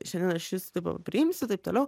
šiandien aš jus tipo priimsiu taip toliau